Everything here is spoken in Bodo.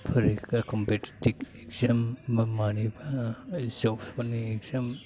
फरिखा कम्पिटिटिभ एक्जाम मानिबा जबफोरनि एक्जामफोराव